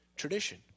tradition